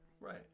Right